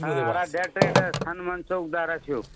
हा आराध्या ट्रेडर्स हनुमान चौक धाराशिव